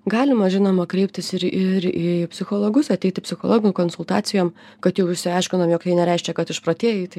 galima žinoma kreiptis ir ir į psichologus ateiti psichologų konsultacijom kad jau išsiaiškinom jog tai nereiškia kad išprotėjai tai